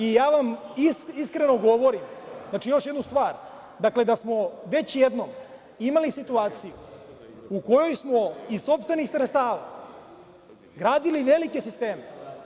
Iskreno vam govorim, još jednu stvar, da smo već jednom imali situaciju u kojoj smo iz sopstvenih sredstava gradili velike sisteme.